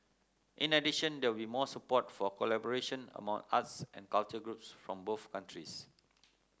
in addition there will be more support for collaboration among arts and culture groups from both countries